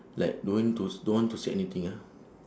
like don't want to don't want to say anything ah